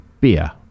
beer